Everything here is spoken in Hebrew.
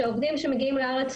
שהעובדים שמגיעים לארץ,